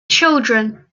children